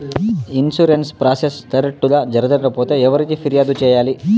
insurance process correct గా జరగకపోతే ఎవరికి ఫిర్యాదు సేయాలి